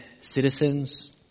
citizens